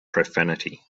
profanity